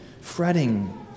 fretting